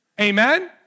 Amen